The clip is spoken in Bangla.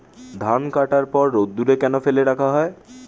ধান কাটার পর রোদ্দুরে কেন ফেলে রাখা হয়?